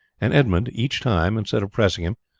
and edmund each time, instead of pressing him,